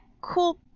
cool